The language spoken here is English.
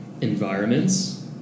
environments